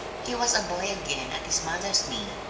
he was a boy again at his mother's knee.